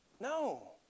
No